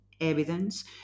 evidence